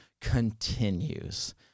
continues